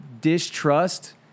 distrust